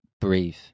breathe